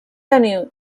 tenir